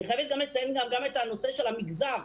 אני חייבת לציין גם את הנושא של המגזר.